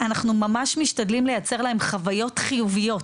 היא פשוט מטורפת,